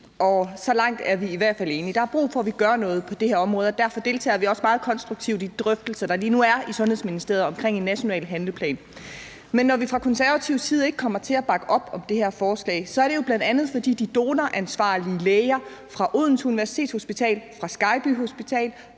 Så langt er vi i hvert fald enige. Der er brug for, at vi gør noget på det her område, og derfor deltager vi også meget konstruktivt i de drøftelser, der lige nu er i Sundhedsministeriet omkring en national handleplan. Men når vi fra konservativ side ikke kommer til at bakke op om det her forslag, er det bl.a., fordi de donoransvarlige læger fra Odense Universitetshospital, fra Skejby Sygehus,